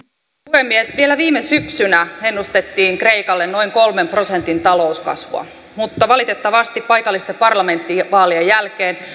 puhemies vielä viime syksynä ennustettiin kreikalle noin kolmen prosentin talouskasvua mutta valitettavasti paikallisten parlamenttivaalien jälkeen